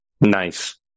Nice